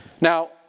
Now